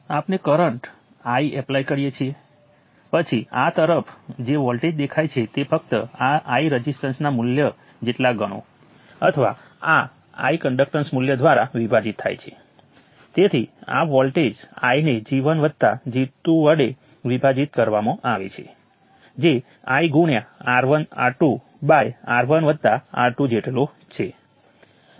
તેથી મેં ચાર નોડો અને સંખ્યાબંધ રઝિસ્ટર અને કરંટ સોર્સો સાથેનું સર્કિટ ગણ્યું અને મને આ I1 I3 R11 R22 R33 R12 અને R23 લેબલ કરવા દો